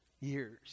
years